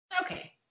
Okay